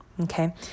Okay